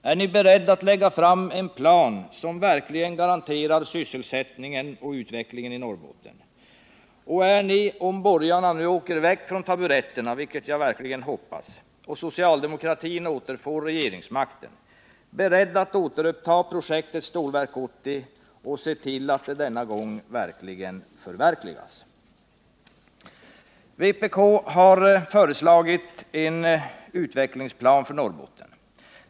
Är ni beredda att lägga fram en plan som verkligen garanterar sysselsättningen och utvecklingen i Norrbotten? Och är ni — om borgarna nu åker väck från taburetterna, vilket jag verkligen hoppas, och socialdemokraterna återfår regeringsmakten — beredda att återuppta projektet Stålverk 80 och att då se till att det denna gång kan förverkligas? Vpk har föreslagit en utvecklingsplan för Norrbotten.